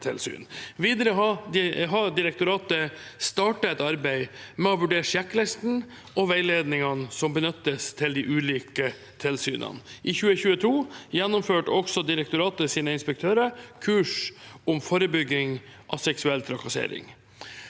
Videre har direktoratet startet et arbeid med å vurdere sjekklistene og veiledningene som benyttes til de ulike tilsynene. I 2022 gjennomførte også direktoratets inspektører kurs om forebygging av seksuell trakassering.